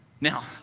now